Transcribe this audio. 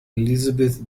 elizabeth